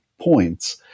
points